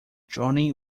johnny